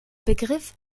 begriff